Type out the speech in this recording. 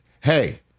Hey